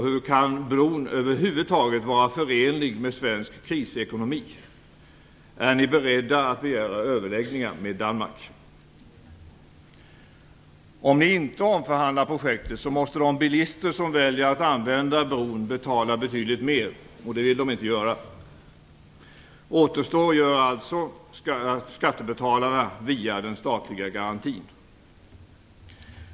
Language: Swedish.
Hur kan bron över huvud taget vara förenlig med svensk krisekonomi? Är ni beredda att begära överläggningar med Danmark? Om ni inte omförhandlar projektet måste de bilister som väljer att använda bron betala betydligt mer, och det vill de inte göra. Då återstår alltså skattebetalarna, via den statliga garantin.